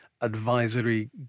Advisory